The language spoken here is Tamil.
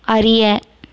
அறிய